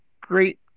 great